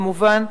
כמובן,